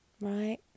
right